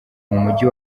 mujyi